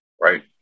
Right